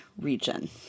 region